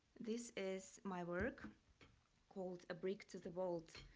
this is my work called, a brick to the world,